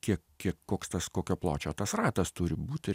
kiek kiek koks tas kokio pločio tas ratas turi būti